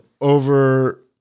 over